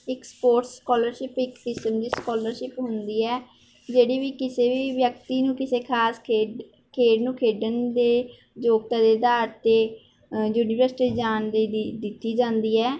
ਇੱਕ sports scholarship ਇੱਕ ਕਿਸਮ ਦੀ ਸਕਾਲਰਸ਼ਿਪ ਹੁੰਦੀ ਹੈ ਜਿਹੜੀ ਵੀ ਕਿਸੇ ਵੀ ਵਿਅਕਤੀ ਨੂੰ ਕਿਸੇ ਖਾਸ ਖੇਡ ਖੇਡ ਨੂੰ ਖੇਡਣ ਦੇ ਯੋਗਤਾ ਦੇ ਆਧਾਰ 'ਤੇ ਯੂਨੀਵਰੱਸਟੀ ਜਾਣ ਦੇ ਲਈ ਦਿੱਤੀ ਜਾਂਦੀ ਹੈ